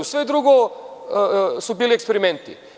Sve ostalo su bili eksperimenti.